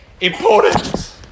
important